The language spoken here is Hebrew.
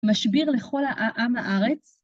משביר לכל העם הארץ.